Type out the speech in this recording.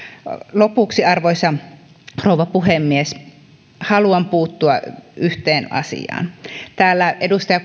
lopuksi arvoisa rouva puhemies haluan puuttua yhteen asiaan täällä edustaja